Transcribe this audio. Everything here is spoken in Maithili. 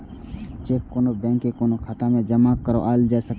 चेक कोनो बैंक में कोनो खाता मे जमा कराओल जा सकै छै